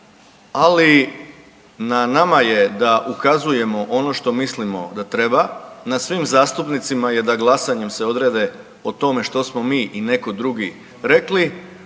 ali na nama je da ukazujemo ono što mislimo da treba, na svim zastupnicima je da glasanjem se odrede o tome što smo mi i neko drugi rekli,